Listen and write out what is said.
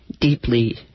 deeply